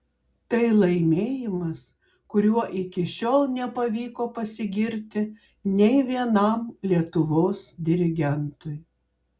tai laimėjimas kuriuo iki šiol nepavyko pasigirti nei vienam lietuvos dirigentui